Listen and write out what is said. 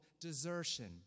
desertion